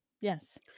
Yes